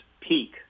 peak